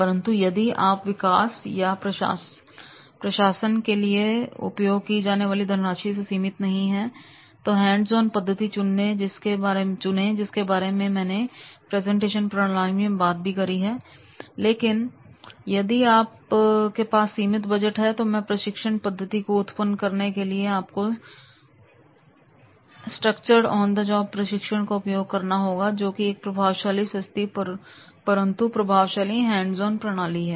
परंतु यदि आप विकास या प्रशासन के लिए उपयोग की जाने वाली धनराशि से सीमित नहीं है तो हैंड्स ऑन पद्धति चुने जिसके बारे में मैंने प्रेजेंटेशन प्रणाली बात की है लेकिन यदि आपके पास सीमित बजट है तो मैं प्रशिक्षण पद्धति को उत्पन्न करने के लिए आपको स्ट्रक्चर्ड ऑन द जॉब प्रशिक्षण का उपयोग करना होगा जोकि एक प्रभावशाली सस्ती परंतु प्रभावशाली हैंड्स ऑन प्रणाली है